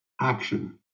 action